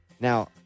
Now